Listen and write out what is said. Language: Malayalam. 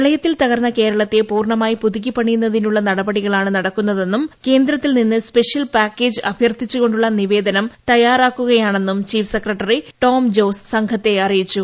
പ്രളയത്തിൽ തകർന്ന കേരളത്തെ പൂർണ്ണമായി പുതുക്കിപണിയുന്നതിനുള്ള നടപടികളാണ് നടക്കുന്നതെന്നും കേന്ദ്രത്തിൽ നിന്ന് സ്പെഷ്യൽ പാക്കേജ് അഭ്യർത്ഥിച്ചുകൊണ്ടുള്ള നിവേദനം തയ്യാറാക്കുകയാണെന്നും ചീഫ് സെക്രട്ടല്ലി ്ട്ടൊം ജോസ് സംഘത്തെ അറിയിച്ചു